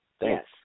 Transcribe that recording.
Yes